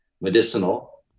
medicinal